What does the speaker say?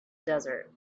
desert